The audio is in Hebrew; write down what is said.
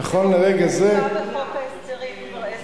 זה נמצא בחוק ההסדרים כבר עשר שנים.